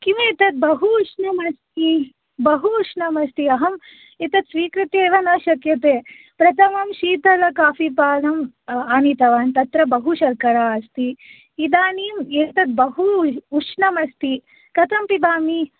किम् एतत् बहु उष्णम् अस्ति बहु उष्णम् अस्ति अहम् एतत् स्वीकृत्य एव न शक्यते तत अहम् शीतलं काफि पानम् आनीतवान् तत्र बहु शर्करा अस्ति इदानीम् एतत् बहु उष्णम् अस्ति कथं पिबामि